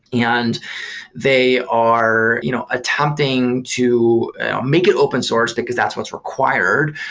and they are you know attempting to make it open source, because that's what's required.